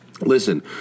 Listen